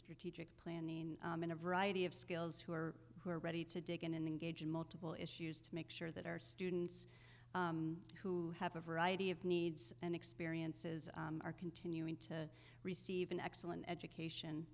strategic planning and a variety of skills who are who are ready to dig in and engage in multiple issues to make sure that our students who have a variety of needs and experiences are continuing to receive an excellent education